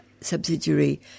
subsidiary